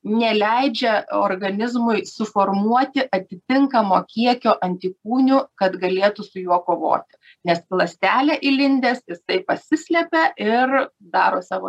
neleidžia organizmui suformuoti atitinkamo kiekio antikūnių kad galėtų su juo kovot nes ląstelė įlindęs jisai pasislepia ir daro savo